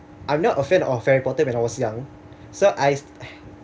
I'm not a fan of harry potter when I was young so I